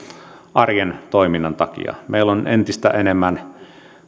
arjen toiminnan takia meillä on entistä enemmän